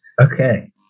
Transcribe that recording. Okay